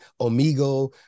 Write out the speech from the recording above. Omigo